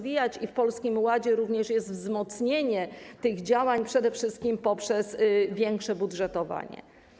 W Polskim Ładzie również jest ujęte wzmocnienie tych działań, przede wszystkim poprzez większe budżetowanie.